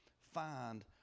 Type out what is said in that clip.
find